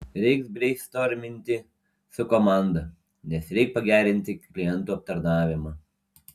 reiks breistorminti su komanda nes reik pagerinti klientų aptarnavimą